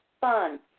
fun